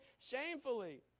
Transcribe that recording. shamefully